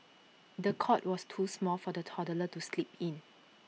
the cot was too small for the toddler to sleep in